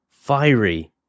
fiery